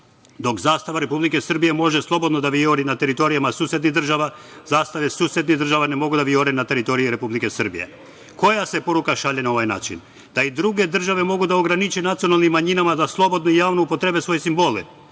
dok zastava Republike Srbije može slobodno da vijori na teritorijama susednih država, zastave susednih država ne mogu da vijore na teritoriji Republike Srbije. Koja se poruka šalje na ovaj način? Da i druge države mogu da ograniče nacionalnim manjinama da slobodno i javno upotrebe svoje simbole.